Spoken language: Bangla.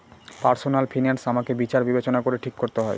পার্সনাল ফিনান্স আমাকে বিচার বিবেচনা করে ঠিক করতে হয়